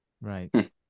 Right